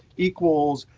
equals,